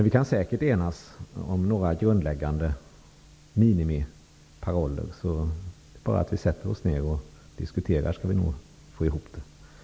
Vi kan säkert enas om några grundläggande minimiparoller. Om vi bara sätter oss ner och diskuterar skall vi nog få ihop det.